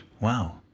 Wow